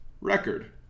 record